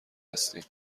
هستین